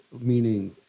meaning